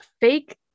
fake